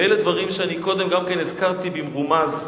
ואלה דברים שקודם הזכרתי במרומז,